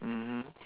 mmhmm